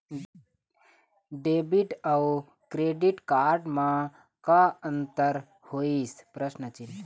Debit अऊ credit card म का अंतर होइस?